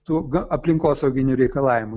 tų aplinkosauginių reikalavimų